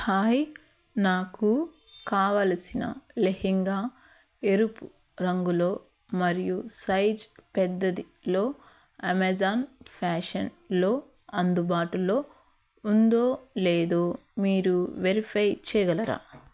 hi నాకు కావలసిన లెహెంగా ఎరుపు రంగులో మరియు సైజ్ పెద్దదిలో అమెజాన్ ఫ్యాషన్లో అందుబాటులో ఉందో లేదో మీరు వెరిఫై చేయగలరా